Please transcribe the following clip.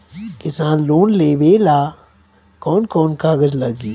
किसान लोन लेबे ला कौन कौन कागज लागि?